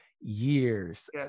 years